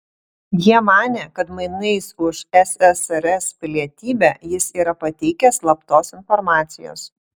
jie manė kad mainais už ssrs pilietybę jis yra pateikęs slaptos informacijos